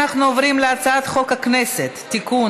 אנחנו עוברים להצעת חוק הכנסת (תיקון,